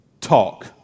talk